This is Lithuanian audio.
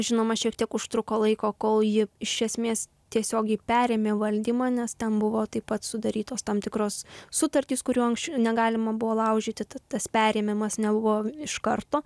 žinoma šiek tiek užtruko laiko kol ji iš esmės tiesiogiai perėmė valdymą nes ten buvo taip pat sudarytos tam tikros sutartys kurių anksčiau negalima buvo laužyti tad tas perėmimas nebuvo iš karto